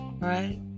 right